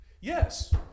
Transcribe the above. Yes